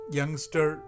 youngster